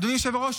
אדוני היושב-ראש,